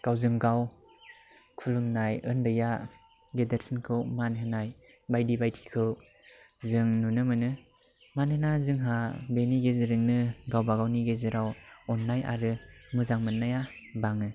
गावजों गाव खुलुमनाय उन्दैया गेदेरसिनखौ मान होनाय बायदि बायदिखौ जों नुनो मोनो मानोना जोंहा बेनि गेजेरैनो गावबा गावनि गेजेराव अननाय आरो मोजां मोननाया बाङो